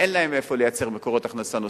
אין להם מאיפה לייצר מקורות הכנסה נוספים,